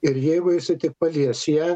ir jeigu jisai tik palies ją